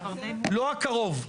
לא הקרוב,